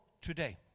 today